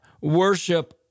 worship